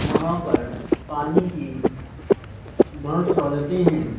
وہاں پر پانی کی بہت سہولتیں ہیں